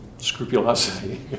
scrupulosity